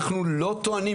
אנחנו לא טוענים,